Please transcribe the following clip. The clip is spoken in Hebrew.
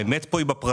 האמת פה היא בפרטים.